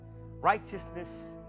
righteousness